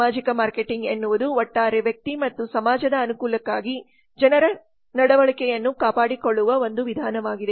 ಸಾಮಾಜಿಕ ಮಾರ್ಕೆಟಿಂಗ್ ಎನ್ನುವುದು ಒಟ್ಟಾರೆ ವ್ಯಕ್ತಿ ಮತ್ತು ಸಮಾಜದ ಅನುಕೂಲಕ್ಕಾಗಿ ಜನರ ನಡವಳಿಕೆಯನ್ನು ಕಾಪಾಡಿಕೊಳ್ಳುವ ಒಂದು ವಿಧಾನವಾಗಿದೆ